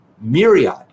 myriad